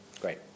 Great